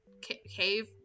cave